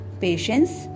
patience